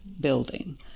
building